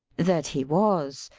that he was,